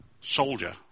soldier